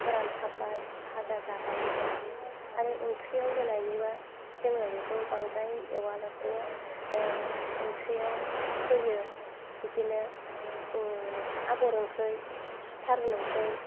फोरानथाब्बाय भाजा जाबाय बेबायदिनो आरो ओंख्रियाव होनायनिबा जोङो बेखौ बांद्राय एवा लासिनो ओंख्रियाव होयो बिदिनो आबर ओंख्रि थारुन ओंख्रि